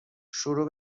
شروع